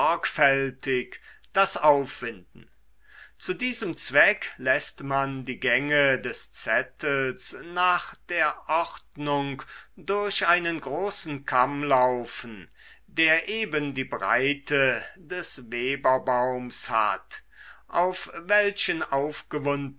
das aufwinden zu diesem zweck läßt man die gänge des zettels nach der ordnung durch einen großen kamm laufen der eben die breite des weberbaums hat auf welchen